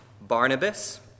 barnabas